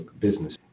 business